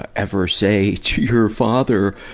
ever say to your father,